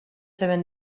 deben